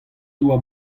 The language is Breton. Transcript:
doa